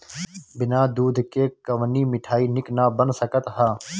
बिना दूध के कवनो मिठाई निक ना बन सकत हअ